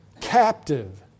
captive